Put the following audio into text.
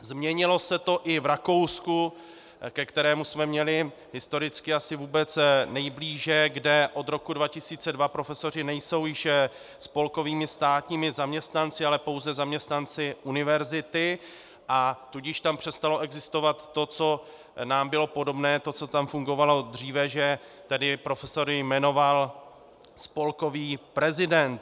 Změnilo se to i v Rakousku, ke kterému jsme měli historicky asi vůbec nejblíže, kde od roku 2002 profesoři nejsou již spolkovými státními zaměstnanci, ale pouze zaměstnanci univerzity, a tudíž tam přestalo existovat to, co nám bylo podobné, to, co tam fungovalo dříve, že profesory jmenoval spolkový prezident.